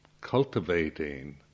cultivating